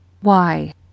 Why